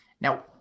Now